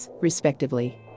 respectively